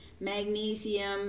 Magnesium